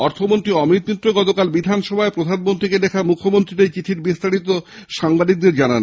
অর্থমন্ত্রী অমিত মিত্র গতকাল বিধানসভায় প্রধানমন্ত্রীকে লেখা মুখ্যমন্ত্রীর এই চিঠির বিস্তারিত সাংবাদিকদের জানান